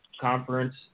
Conference